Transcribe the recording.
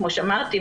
כמו שאמרתי,